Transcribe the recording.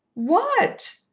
what?